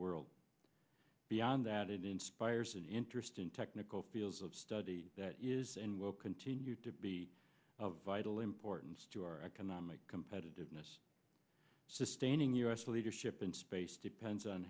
world beyond that it inspires an interest in technical fields of study that is and will continue to be of vital importance to our economic competitiveness sustaining u s leadership in space depends on